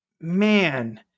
man